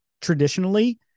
traditionally